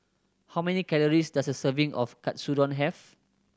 how many calories does a serving of Katsudon have